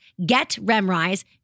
getremrise